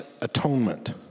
atonement